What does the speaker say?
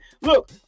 look